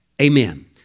Amen